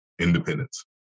independence